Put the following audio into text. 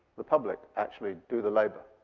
the public, actually do the labor.